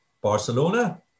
Barcelona